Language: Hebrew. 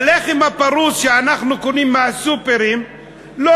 הלחם הפרוס שאנחנו קונים מהסופרים לא